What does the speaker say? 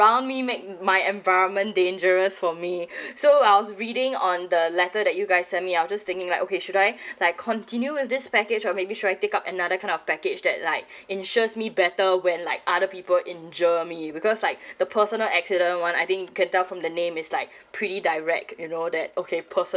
around me make my environment dangerous for me so I was reading on the letter that you guys sent me I was just thinking like okay should I like continue with this package or maybe should I take up another kind of package that like insures me better when like other people injure me because like the personal accident one I think you can tell from the name is like pretty direct you know that okay personal